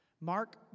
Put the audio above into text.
Mark